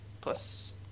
Plus